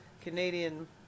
Canadian